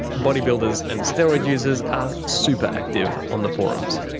bodybuilders and steroid users are super active on the forums.